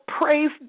praise